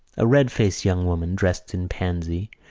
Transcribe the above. a red-faced young woman, dressed in pansy,